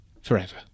forever